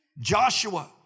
Joshua